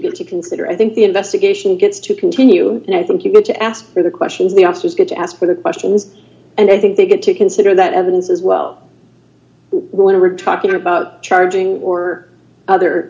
got to consider i think the investigation gets to continue and i think you got to ask for the questions the officers get asked for the questions and i think they get to consider that evidence as well when we talking about charging or other